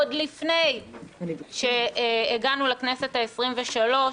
עוד לפני שהגענו לכנסת העשרים-ושלוש,